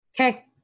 Okay